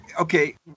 okay